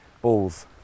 balls